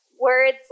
Words